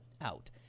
out